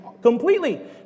completely